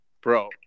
Bro